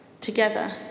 together